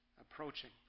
approaching